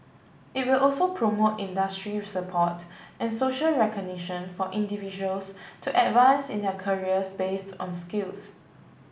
it will also promote industry support and social recognition for individuals to advance in their careers based on skills